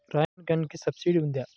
Rain గన్కి subsidy ఉందా?